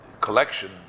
collection